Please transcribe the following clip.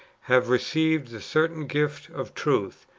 have received the certain gift of truth,